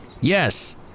Yes